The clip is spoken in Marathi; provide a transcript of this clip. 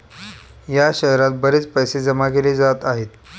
या शहरात बरेच पैसे जमा केले जात आहे